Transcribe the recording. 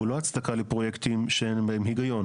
הוא לא הצדקה לפרויקטים שאין בהם היגיון.